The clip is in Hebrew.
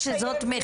11:34.